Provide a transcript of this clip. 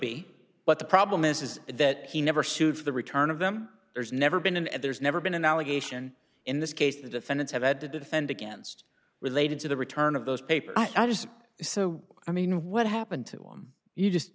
but the problem is is that he never sued for the return of them there's never been and there's never been an allegation in this case the defendants have had to defend against related to the return of those papers i just so i mean what happened to him you just